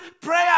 prayer